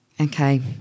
Okay